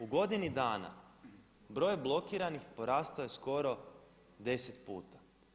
U godini dana broj blokiranih porastao je skoro 10 puta.